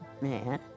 man